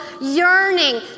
yearning